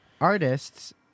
artists